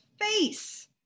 face